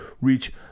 reach